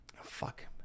fuck